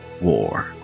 war